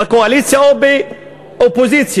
בקואליציה או באופוזיציה,